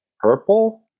Purple